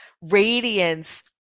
radiance